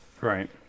right